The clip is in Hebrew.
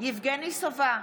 יבגני סובה,